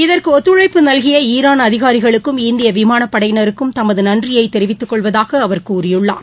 இதற்கு ஒத்துழைப்பு நல்கிய ஈரான் அதிகாரிகளுக்கும் இந்திய விமானப்படையினருக்கும் தமது நன்றியை தெரிவித்துக் கொள்வதாக அவர் கூறியுள்ளார்